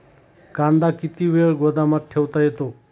कांदा किती वेळ गोदामात ठेवता येतो?